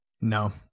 No